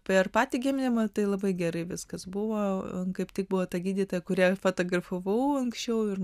per patį gimdimą tai labai gerai viskas buvo kaip tik buvo ta gydytoja kurią fotografavau anksčiau ir